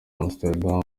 amsterdam